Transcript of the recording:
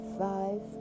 five